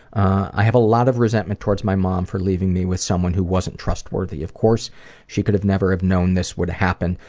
i have a lot of resentment towards my mom for leaving me with someone who wasn't trustworthy. of course she could have never have know this would happen,